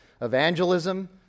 evangelism